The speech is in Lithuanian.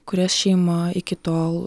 kurias šeima iki tol